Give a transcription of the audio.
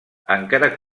encara